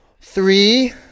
Three